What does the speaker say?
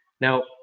Now